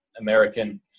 American